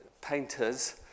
painters